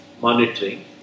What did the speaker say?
Monitoring